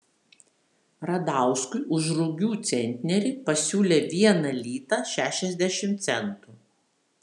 radauskui už rugių centnerį pasiūlė vieną litą šešiasdešimt centų